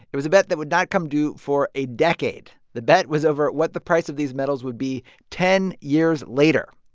it was a bet that would not come due for a decade. the bet was over what the price of these metals would be ten years later.